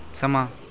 ਸਮਾਂ